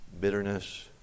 bitterness